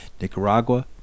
Nicaragua